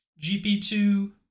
GP2